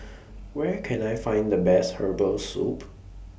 Where Can I Find The Best Herbal Soup